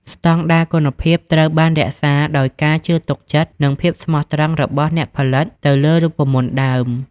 ស្តង់ដារគុណភាព ត្រូវបានរក្សាដោយការជឿទុកចិត្ត និងភាពស្មោះត្រង់របស់អ្នកផលិតទៅលើរូបមន្តដើម។